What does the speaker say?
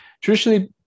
traditionally